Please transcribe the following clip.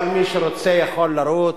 כל מי שרוצה יכול לרוץ,